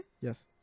Yes